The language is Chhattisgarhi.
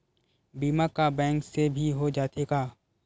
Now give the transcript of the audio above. बीमा का बैंक से भी हो जाथे का?